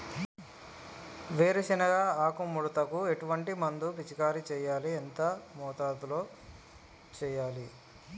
వేరుశెనగ ఆకు ముడతకు ఎటువంటి మందును పిచికారీ చెయ్యాలి? ఎంత మోతాదులో చెయ్యాలి?